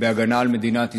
בהגנה על מדינת ישראל,